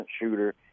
shooter